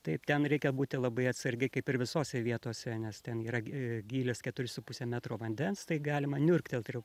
taip ten reikia būti labai atsargiai kaip ir visose vietose nes ten yra gi gylis keturi su puse metro vandens tai galima niurktelt ir